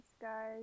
guys